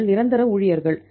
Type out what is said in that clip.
அவர்கள் நிரந்தர ஊழியர்கள்